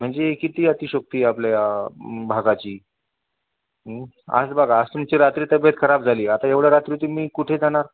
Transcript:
म्हणजे किती अतिशयोक्ती आहे आपल्या भागाची आज बघा आज तुमची रात्री तब्येत खराब झाली आता एवढ्या रात्री तुम्ही कुठे जाणार